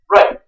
Right